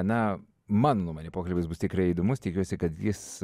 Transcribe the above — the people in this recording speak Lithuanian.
na mano nuomone pokalbis bus tikrai įdomus tikiuosi kad jis